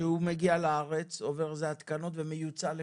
שהוא מגיע לארץ, עובר איזה התקנות ומיוצא לחו"ל.